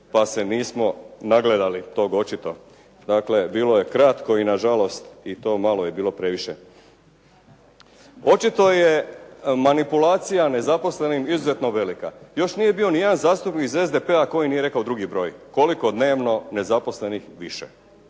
pa se nismo nagledali tog očito. Dakle, bilo je kratko i nažalost i to malo je bilo previše. Očito je manipulacija nezaposlenim izuzetno velika. Još nije bio ni jedan zastupnik iz SDP-a koji nije rekao drugi broj. Koliko dnevno nezaposlenih više.